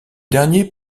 dernier